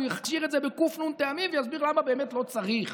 הוא יכשיר את זה בק"ן טעמים ויסביר למה באמת לא צריך